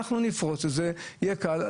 נפרוץ את זה ויהיה קל.